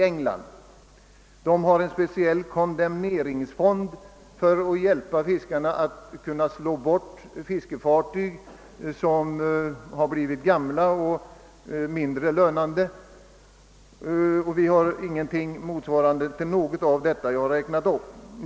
Vidare har de en kondemneringsfond för att stimulera nedskrotning av fiskefartyg som blivit gamla och mindre lönande. Vi har ingenting som motsvarar något av det som jag nu har räknat upp.